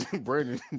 Brandon